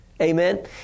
Amen